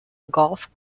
golf